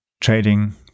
trading